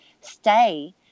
stay